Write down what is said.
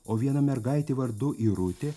o viena mergaitė vardu irutė